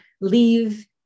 leave